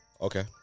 Okay